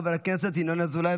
חבר הכנסת ינון אזולאי,